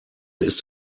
ist